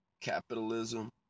capitalism